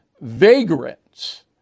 vagrants